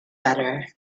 better